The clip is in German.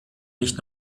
nicht